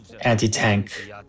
anti-tank